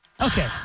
Okay